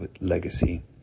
legacy